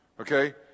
Okay